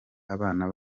abana